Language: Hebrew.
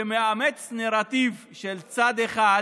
שמאמץ נרטיב של צד אחד